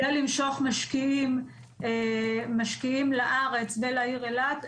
כדי למשוך משקיעים לארץ ולעיר אילת,